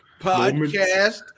podcast